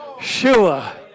Shua